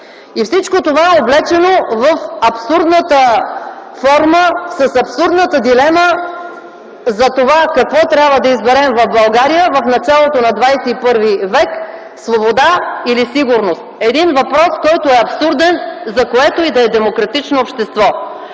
и всичко това облечено в абсурдната форма, с абсурдната дилема за това какво трябва да изберем в България в началото на ХХІ век – свобода или сигурност. Един въпрос, който е абсурден за което и да е демократично общество.